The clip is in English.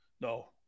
No